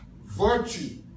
virtue